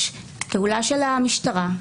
יש פעולה של המשטרה,